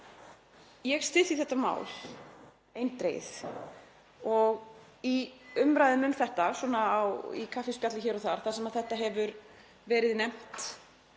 Ég styð því þetta mál eindregið. Í umræðum um það, svona í kaffispjalli hér og þar sem þetta hefur verið nefnt,